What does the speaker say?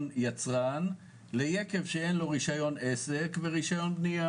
יצרן ליקב שאין לו רישיון עסק ורישיון בנייה.